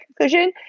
conclusion